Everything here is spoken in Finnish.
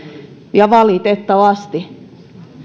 ja valitettavasti